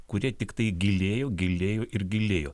kurie tiktai gilėjo gilėjo ir gilėjo